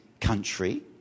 country